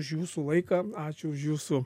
už jūsų laiką ačiū už jūsų